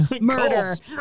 murder